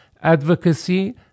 advocacy